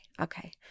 okay